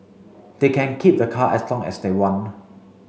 they can keep the car as long as they want